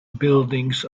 buildings